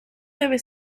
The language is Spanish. debe